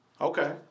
Okay